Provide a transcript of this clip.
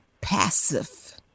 passive